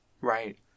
right